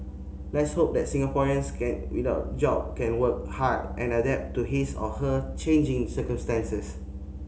let's hope that Singaporeans can without a job can work hard and adapt to his or her changing circumstances